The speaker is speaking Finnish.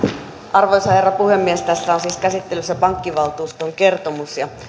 arvoisa herra puhemies tässä on siis käsittelyssä pankkivaltuuston kertomus